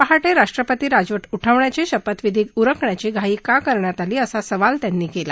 पहा राष्ट्रपती राजव उठवण्याची आणि शपथविधी उरकण्याची घाई का करण्यात आली असा सवाल त्यांनी केला